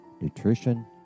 nutrition